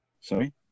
Sorry